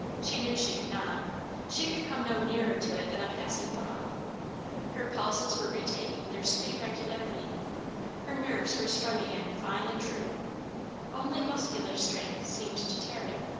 she knew she could not she could come no nearer to it than a passing thought her pulses were retaking their sweet regularity her nerves were strung again, fine and true only muscular strength seemed to tarry.